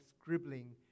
scribbling